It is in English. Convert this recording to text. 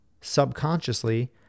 subconsciously